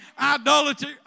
idolatry